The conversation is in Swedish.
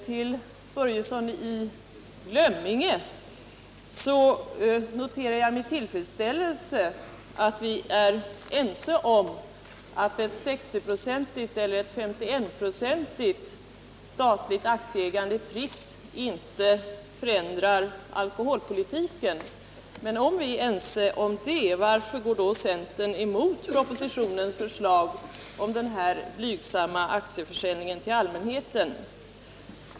Till Fritz Börjesson i Glömminge vill jag säga att jag med tillfredsställelse noterar att vi är ense om att 60-procentigt — eller t.o.m. bara ett 51-procentigt — statligt aktieägande i Pripps inte förändrar alkoholpolitiken. Men om vi är ense om det, varför går då centern emot propositionens förslag om den här blygsamma aktieförsäljningen till allmänheten?